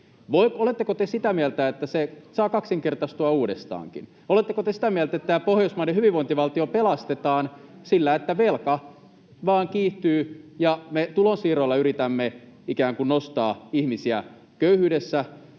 Oletteko te sitä mieltä, että se saa kaksinkertaistua uudestaankin? Oletteko te sitä mieltä, että tämä pohjoismainen hyvinvointivaltio pelastetaan sillä, että velka vain kiihtyy ja me tulonsiirroilla yritämme ikään kuin nostaa ihmisiä köyhyydestä?